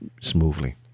smoothly